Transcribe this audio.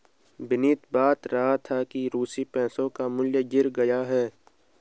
विनीत बता रहा था कि रूसी पैसों का मूल्य गिर गया है